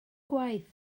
gwaith